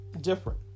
different